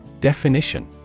Definition